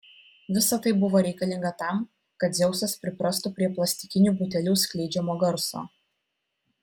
visa tai buvo reikalinga tam kad dzeusas priprastų prie plastikinių butelių skleidžiamo garso